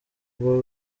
uba